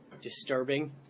disturbing